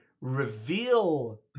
reveal